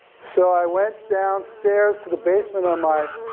so, i went downstairs to the basement on my